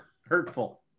hurtful